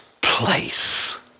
place